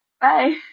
Bye